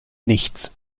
nichts